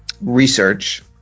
research